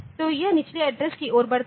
तो यह निचले एड्रेस की ओर बढ़ता है